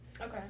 Okay